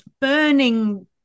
burning